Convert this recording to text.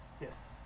Yes